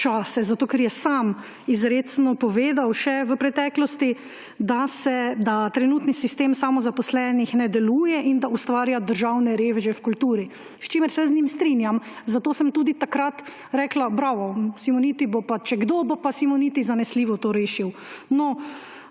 čase, zato ker je sam izrecno povedal še v preteklosti, da trenutni sistem samozaposlenih ne deluje in da ustvarja državne reveže v kulturi. S čimer se jaz z njim strinjam, zato sem tudi takrat rekla: »Bravo! Če kdo, bo pa Simoniti zanesljivo to rešil.« No,